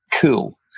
cool